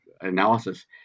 analysis